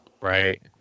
Right